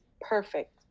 perfect